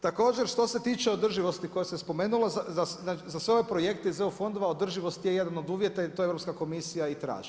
Također, što se tiče održivosti koje ste spomenulo, za se ove projekte iz EU fondova održivost je jedan od uvjeta i to Europska komisija i traži.